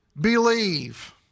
believe